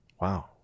Wow